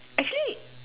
actually